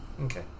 Okay